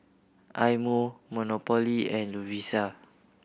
Eye Mo Monopoly and Lovisa